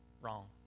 wrong